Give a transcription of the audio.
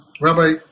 Rabbi